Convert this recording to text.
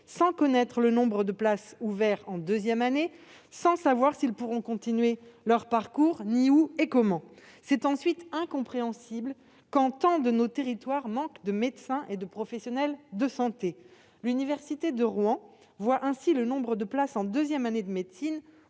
sans connaître le nombre de places ouvertes en deuxième année, sans savoir s'ils pourront continuer leur parcours ni où et comment. C'est en second lieu quand tant de nos territoires manquent de médecins et de professionnels de santé. L'université de Rouen voit ainsi le nombre de places en deuxième année de médecine